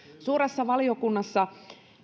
suuressa valiokunnassa